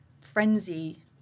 frenzy